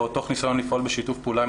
או תוך ניסיון לפעול בשיתוף פעולה עם